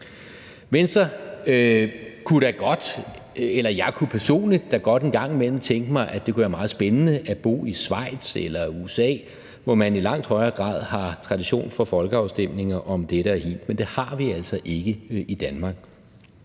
på skulle eksistere. Jeg kunne da personligt godt en gang imellem tænke mig, at det kunne være meget spændende at bo i Schweiz eller USA, hvor man i langt højere grad har tradition for folkeafstemninger om dette og hint, men det har vi altså ikke i Danmark.